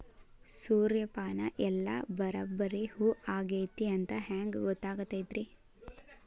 ಸೂರ್ಯಪಾನ ಎಲ್ಲ ಬರಬ್ಬರಿ ಹೂ ಆಗೈತಿ ಅಂತ ಹೆಂಗ್ ಗೊತ್ತಾಗತೈತ್ರಿ?